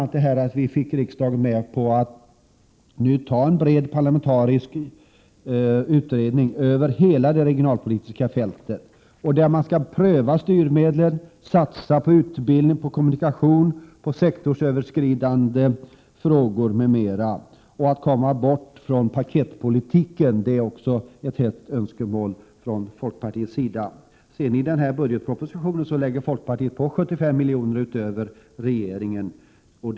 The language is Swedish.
a. fick vi riksdagen med på att nu göra en bred parlamentarisk utredning över hela det regionalpolitiska fältet. Man skall där pröva styrmedel, satsa på utbildning, kommunikation och sektoröverskridande frågor och försöka komma bort från paketpolitiken — det är också ett hett önskemål från folkpartiet. I budgetpropositionen lägger folkpartiet på 75 miljoner på regeringens förslag.